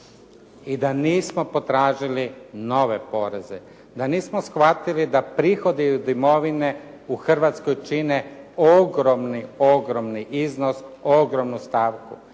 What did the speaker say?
i da nismo potražili nove poreze, da nismo shvatili da prihodi od imovine u Hrvatskoj čine ogromni, ogromni iznos, ogromnu stavku.